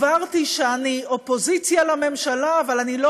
הבהרתי שאני אופוזיציה לממשלה אבל אני לא